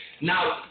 Now